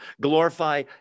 glorify